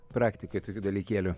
praktikoj tokių dalykėlių